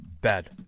Bad